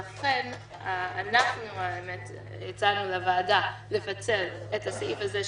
לכן הצענו לוועדה לפצל את הסעיף הזה,